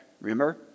Remember